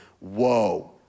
whoa